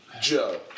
Joe